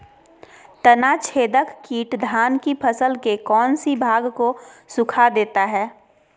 तनाछदेक किट धान की फसल के कौन सी भाग को सुखा देता है?